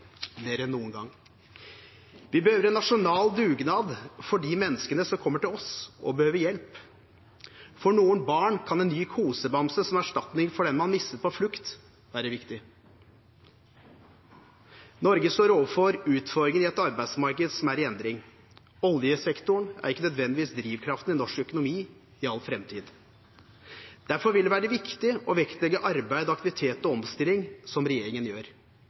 mer enn noen gang. Vi behøver en nasjonal dugnad for de menneskene som kommer til oss og behøver hjelp. For noen barn kan en ny kosebamse som erstatning for den man mistet på flukt, være viktig. Norge står overfor utfordringer i et arbeidsmarked som er i endring. Oljesektoren er ikke nødvendigvis drivkraften i norsk økonomi i all framtid. Derfor vil det være viktig å vektlegge arbeid, aktivitet og omstilling, som regjeringen gjør.